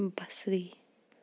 بَصری